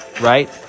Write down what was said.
Right